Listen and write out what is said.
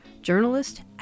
journalist